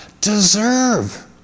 deserve